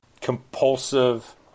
compulsive